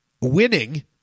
Winning